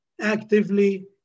actively